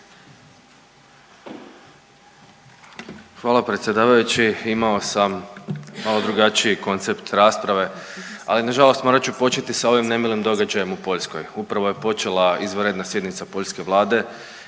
Hvala predsjedavajući. Imao sam malo drugačiji koncept rasprave, ali nažalost morat ću početi s ovim nemilim događajem u Poljskoj. Upravo je počela izvanredna sjednica poljske vlade